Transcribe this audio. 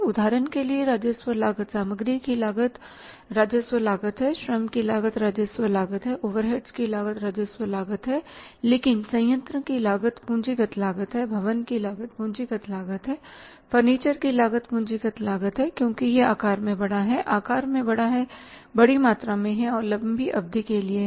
उदाहरण के लिए राजस्व लागत सामग्री की लागत राजस्व लागत है श्रम की लागत राजस्व लागत है ओवरहेड्स की लागत राजस्व लागत है लेकिन संयंत्र की लागत पूंजीगत लागत है भवन की लागत पूंजीगत लागत है फर्नीचर की लागत पूंजीगत लागत है क्योंकि यह आकार में बड़ा है आकार में बड़ा है बड़ी मात्रा में है और लंबी अवधि के लिए है